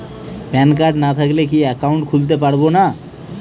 Pan card না থাকলে কি একাউন্ট খুলতে পারবো না?